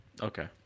Okay